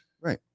right